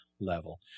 level